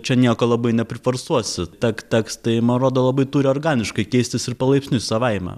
čia nieko labai nepriforsuosi tek tekstai man rodo labai turi organiškai keistis ir palaipsniui savaime